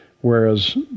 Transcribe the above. whereas